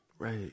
Right